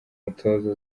mutoza